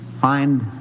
find